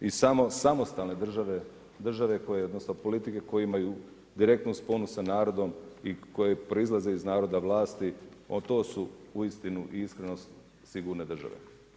I samo samostalne države, države odnosno politike koje imaju direktu sponu sa narodom i koje proizlaze vlasti a to su uistinu i iskrenost sigurne države.